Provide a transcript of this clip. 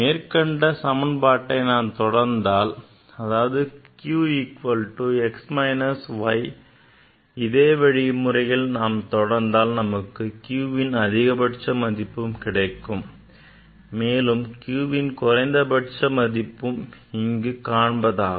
மேற்கண்ட சமன்பாட்டை நாம் தொடர்ந்தால் அதாவது q equal to x minus y இதே வழிமுறையில் நாம் தொடர்ந்தால் நமக்கு qன் அதிகபட்ச மதிப்பு கிடைக்கும் மேலும் qன் குறைந்தபட்ச மதிப்பு இங்கு காண்பதாகும்